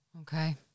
Okay